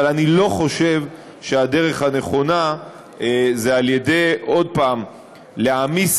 אבל אני לא חושב שהדרך הנכונה היא עוד פעם להעמיס